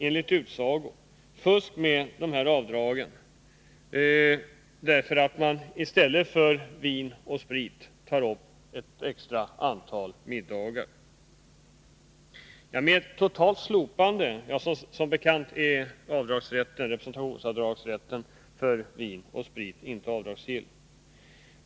Enligt utsago förekommer det vidare att man i stället för kostnaden för vin och sprit tar upp kostnad för ett extra antal middagar — som bekant är kostnaden för vin och sprit i representationssammanhang inte avdragsgill.